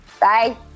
Bye